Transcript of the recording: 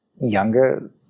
younger